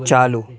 چالو